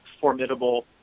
formidable